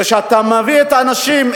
כשאתה מביא את האנשים,